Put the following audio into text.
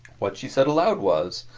what she said aloud was,